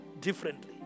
differently